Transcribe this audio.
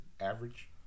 average